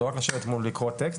זה לא רק לשבת ולקרוא טקסט,